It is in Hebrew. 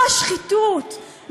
לא השחיתות,